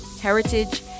heritage